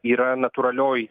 yra natūralioj